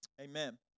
amen